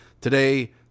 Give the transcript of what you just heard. today